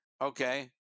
okay